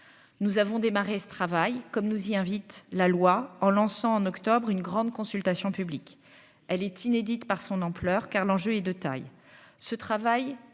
nous avons démarré ce travail comme nous y invite la loi en lançant en octobre une grande consultation publique, elle est inédite par son ampleur, car l'enjeu est de taille,